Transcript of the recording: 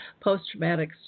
post-traumatic